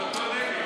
לפרוטוקול.